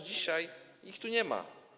Dzisiaj ich tu nie ma.